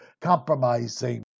compromising